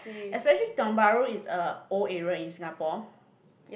especially Tiong-Bahru is a old area in Singapore